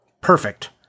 Perfect